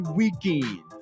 weekend